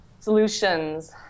solutions